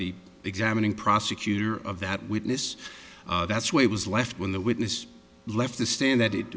the examining prosecutor of that witness that's why it was left when the witness left the stand that it